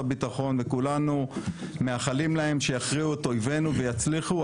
הביטחון וכולנו מאחלים להם שיכריעו את אויבנו ויצליחו,